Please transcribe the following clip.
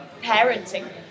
parenting